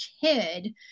kid